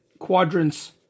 Quadrants